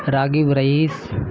راغب رئیس